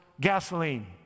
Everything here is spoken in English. gasoline